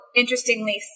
interestingly